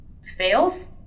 fails